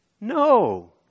No